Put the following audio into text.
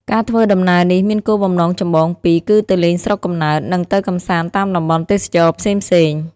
ការធ្វើដំណើរនេះមានគោលបំណងចម្បងពីរ គឺទៅលេងស្រុកកំណើត និងទៅកម្សាន្តតាមតំបន់ទេសចរណ៍ផ្សេងៗ។